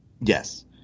Yes